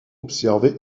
observé